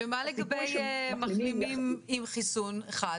מה לגבי מחלימים עם חיסון אחד?